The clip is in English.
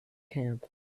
camp